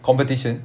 competition